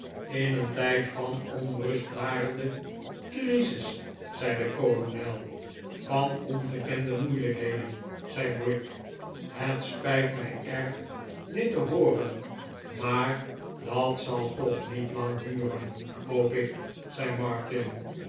in een tijd van een onrustbarende crisis zei de kolonel van ongekende moeilijkheden zei brick het spijt mij erg dit te hooren maar dat zal toch niet lang duren hoop ik zei martin